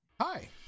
hi